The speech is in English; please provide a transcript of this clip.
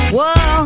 Whoa